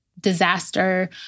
disaster